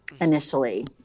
initially